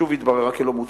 שוב התבררה כלא מוצלחת.